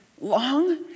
long